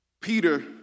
Peter